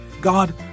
God